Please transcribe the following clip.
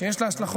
שיש לה השלכות